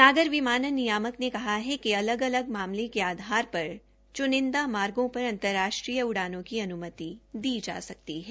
नागर विमानन नियामक ने कहा है कि अलग अलग मामले के आधार पर चुनिंदा मार्गो पर अंतर्राष्ट्रीय उड़ानों की अन्मति दी जा सकती है